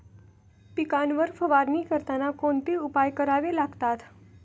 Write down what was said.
पिकांवर फवारणी करताना कोणते उपाय करावे लागतात?